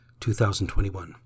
2021